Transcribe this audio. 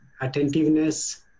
attentiveness